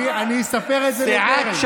אני אספר את זה לדרעי.